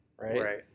right